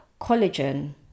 collagen